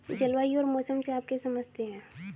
जलवायु और मौसम से आप क्या समझते हैं?